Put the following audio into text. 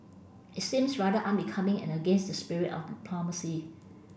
it seems rather unbecoming and against the spirit of diplomacy